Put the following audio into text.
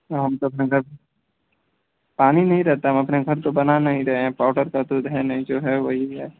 हम तो अपने घर पानी नहीं रहता है हम अपने घर तो बना नहीं रहे हैं पाउडर का दूध है नहीं जो है वही है